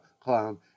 clown